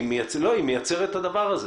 אני מחליף את תמר זנדברג.